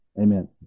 Amen